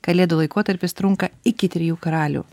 kalėdų laikotarpis trunka iki trijų karalių